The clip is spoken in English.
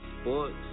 sports